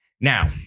Now